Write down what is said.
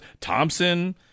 thompson